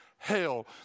hell